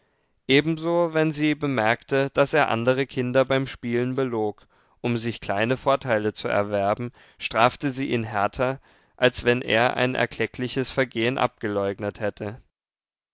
ebenso wenn sie bemerkte daß er andere kinder beim spielen belog um sich kleine vorteile zu erwerben strafte sie ihn härter als wenn er ein erkleckliches vergehen abgeleugnet hätte